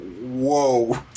whoa